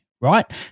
right